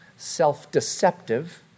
Self-deceptive